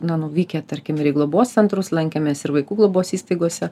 na nuvykę tarkim ir į globos centrus lankėmės ir vaikų globos įstaigose